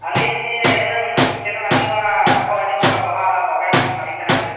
ᱟᱹᱞᱤᱧ ᱦᱩᱱᱟᱹᱝ ᱪᱮᱞᱮᱱ ᱟᱹᱵᱤᱱᱢᱟ ᱠᱷᱚᱵᱚᱨ ᱟᱡᱚᱢᱚᱜ ᱠᱟᱱᱟ ᱵᱟᱦᱟ ᱵᱟᱜᱟᱱ ᱨᱤᱱᱤᱡ ᱢᱟᱹᱞᱤᱠ ᱠᱟᱱᱟ ᱵᱤᱱ